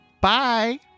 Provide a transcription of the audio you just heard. Bye